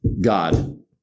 God